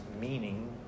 meaning